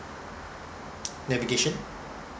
navigation